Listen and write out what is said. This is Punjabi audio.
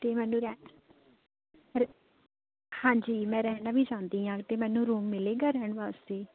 ਅਤੇ ਮੈਨੂੰ ਰੈ ਰੈ ਹਾਂਜੀ ਮੈਂ ਰਹਿਣਾ ਵੀ ਚਾਹੁੰਦੀ ਹਾਂ ਅਤੇ ਮੈਨੂੰ ਰੂਮ ਮਿਲੇਗਾ ਰਹਿਣ ਵਾਸਤੇ